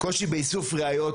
קושי באיסוף ראיות,